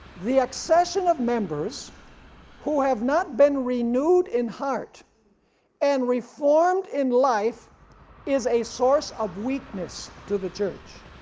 the accession of members who have not been renewed in heart and reformed in life is a source of weakness to the church.